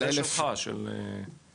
אבל --- זה שלך של עמיגור.